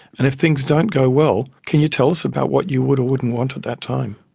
and if things don't go well, can you tell us about what you would or wouldn't want at that time?